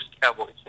Cowboys